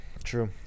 True